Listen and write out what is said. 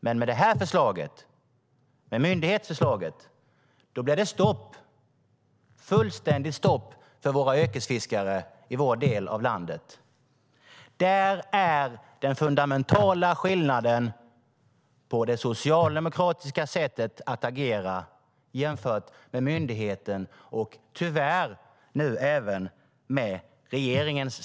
Men med myndighetens förslag blir det ett fullständigt stopp för yrkesfiskarna i vår del av landet. Där är den fundamentala skillnaden mellan det socialdemokratiska sättet att agera och myndighetens, tyvärr nu även regeringens.